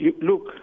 Look